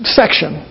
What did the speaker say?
section